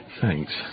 thanks